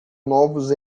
novos